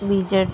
VZ